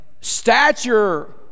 stature